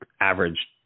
average